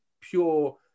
pure